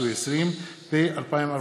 פ/2724/20